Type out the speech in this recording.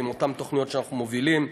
עם אותן תוכניות שאנחנו מובילים,